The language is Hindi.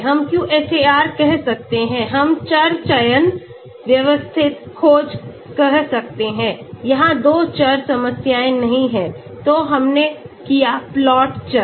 हम QSAR कह सकते हैं हम चर चयन व्यवस्थित खोज कह सकते हैं यहां 2 चर समस्याएं नहीं हैं तो हमने किया प्लॉट चर